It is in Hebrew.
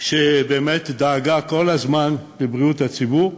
שבאמת דאגה כל הזמן לבריאות הציבור,